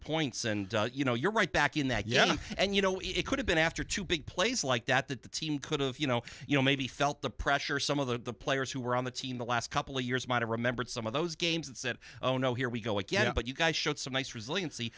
points and you know you're right back in that yellow and you know it could have been after two big plays like that that the team could have you know you know maybe felt the pressure some of the players who were on the team the last couple of years might have remembered some of those games and said oh no here we go again but you guys showed some nice resilienc